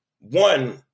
one